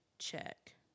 Check